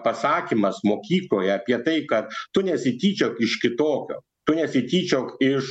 pasakymas mokykloje apie tai kad tu nesityčiok iš kitokio tu nesityčiok iš